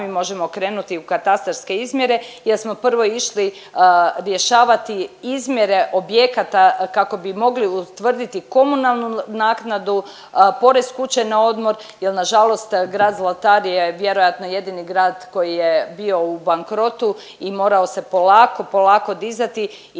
možemo krenuti u katastarske izmjere jer smo prvo išli rješavati izmjere objekata kako bi mogli utvrditi komunalnu naknadu, porez kuće na odmor jer na žalost grad Zlatar je vjerojatno jedini grad koji je bio u bankrotu i morao se polako, polako dizati i